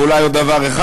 ואולי עוד דבר אחד,